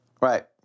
Right